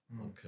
Okay